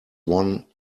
won